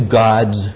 gods